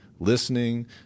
Listening